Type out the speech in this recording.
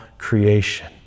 creation